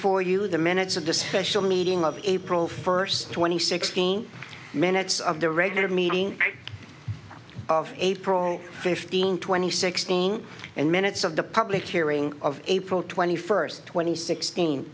before you the minutes of the special meeting of april first twenty sixteen minutes of the regular meeting of april fifteenth twenty sixteen and minutes of the public hearing of april twenty first tw